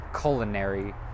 culinary